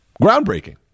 groundbreaking